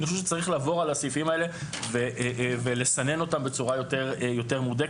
מישהו צריך לעבור על הסעיפים האלה ולסנן אותם בצורה יותר מהודקת,